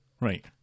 Right